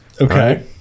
Okay